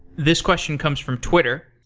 this question comes from twitter,